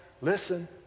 Listen